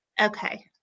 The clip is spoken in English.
Okay